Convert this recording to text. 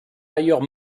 ailleurs